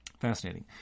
fascinating